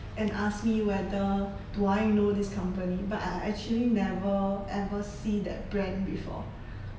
and ask me whether do I know this company but I I actually never ever see that brand before